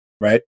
right